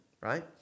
right